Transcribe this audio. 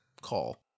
call